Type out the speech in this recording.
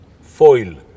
foil